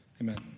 Amen